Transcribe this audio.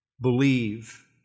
believe